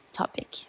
topic